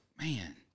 man